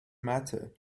matter